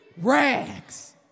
rags